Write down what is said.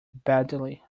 badly